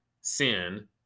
sin